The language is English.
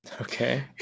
Okay